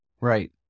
Right